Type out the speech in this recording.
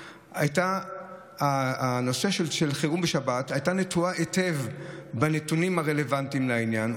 הנושא של חירום בשבת היה נטוע היטב "בנתונים הרלוונטיים לעניין,